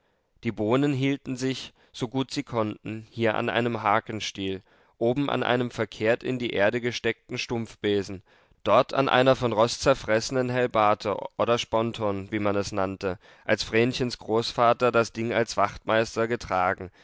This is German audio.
die bohnen hielten sich sogut sie konnten hier an einem harkenstiel oben an einem verkehrt in die erde gesteckten stumpfbesen dort an einer von rost zerfressenen helbarte oder sponton wie man es nannte als vrenchens großvater das ding als wachtmeister getragen